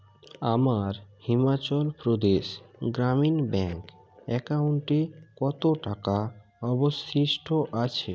আমার হিমাচল প্রদেশ গ্রামীণ ব্যাংক অ্যাকাউন্টে কত টাকা অবশিষ্ট আছে